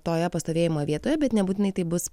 toje pastovėjimo vietoje bet nebūtinai tai bus